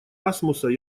асмуса